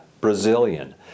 Brazilian